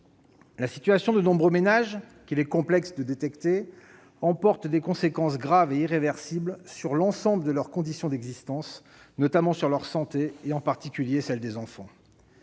La situation de nombreux ménages, qu'il est complexe de détecter, emporte des conséquences graves et irréversibles sur l'ensemble de leurs conditions d'existence, notamment sur leur santé et, en particulier, celle des enfants.